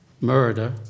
murder